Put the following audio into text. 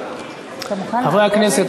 חברי הכנסת,